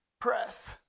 press